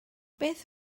beth